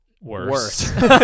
worse